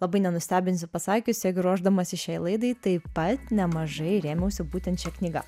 labai nenustebinsiu pasakius taigi ruošdamasi šiai laidai taip pat nemažai rėmiausi būtent šia knyga